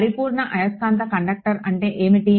పరిపూర్ణ అయస్కాంత కండక్టర్ అంటే ఏమిటి